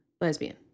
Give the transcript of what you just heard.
lesbian